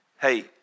hey